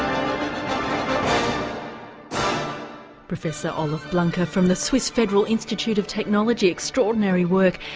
um professor olaf blanke from the swiss federal institute of technology, extraordinary work,